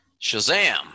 Shazam